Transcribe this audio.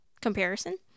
comparison